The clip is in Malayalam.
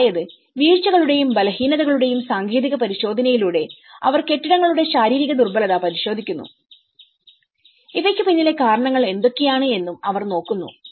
അതായത് വീഴ്ചകളുടെയും ബലഹീനതകളുടെയും സാങ്കേതിക പരിശോധനയിലൂടെ അവർ കെട്ടിടങ്ങളുടെ ശാരീരിക ദുർബലത പരിശോധിക്കുന്നു ഇവയ്ക്ക് പിന്നിലെ കാരണങ്ങൾ എന്തൊക്കെയാണ് എന്നും അവർ നോക്കുന്നു